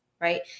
Right